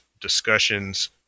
discussions